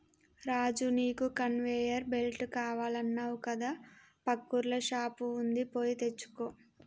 రాజు నీకు conveyor belt కావాలన్నావు కదా పక్కూర్ల షాప్ వుంది పోయి తెచ్చుకో